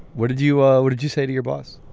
what did you ah what did you say to your boss.